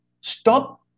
Stop